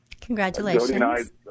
Congratulations